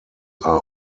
are